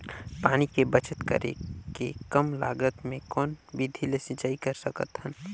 पानी के बचत करेके कम लागत मे कौन विधि ले सिंचाई कर सकत हन?